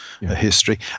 history